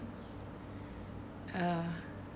uh